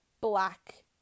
black